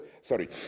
Sorry